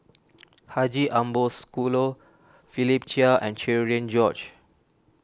Haji Ambo Sooloh Philip Chia and Cherian George